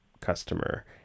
customer